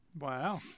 Wow